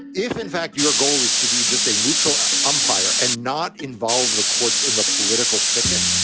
if, in fact, your goal is to be just a neutral umpire and not involve the courts in the political thicket.